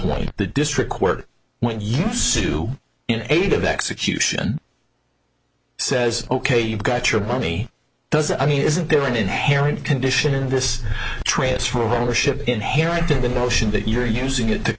point the district quirk when you sue in aid of execution says ok you've got your money does it i mean isn't there an inherent condition in this transfer of ownership inherent in the notion that you're using it to